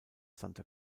santa